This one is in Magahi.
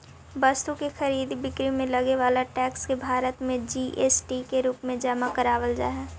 वस्तु के खरीद बिक्री में लगे वाला टैक्स के भारत में जी.एस.टी के रूप में जमा करावल जा हई